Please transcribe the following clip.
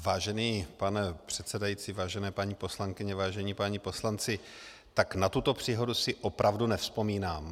Vážený pane předsedající, vážené paní poslankyně, vážení páni poslanci, tak na tuto příhodu si opravdu nevzpomínám.